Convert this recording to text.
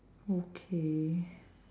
okay